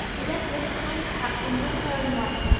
you let the little heifer have things all her own way.